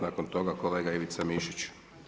Nakon toga kolega Ivica Mišić.